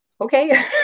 Okay